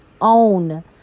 own